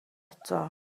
eto